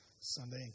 Sunday